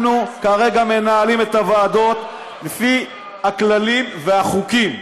אנחנו כרגע מנהלים את הוועדות לפי הכללים והחוקים.